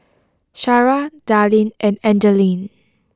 Shara Dallin and Angeline